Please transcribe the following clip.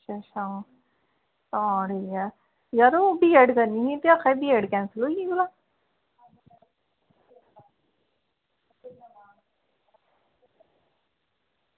अच्छा अच्छा तां ठीक ऐ य़रा ओह् बीएड करनी ही ते आक्खा दे बीएड कैंसिल होई भला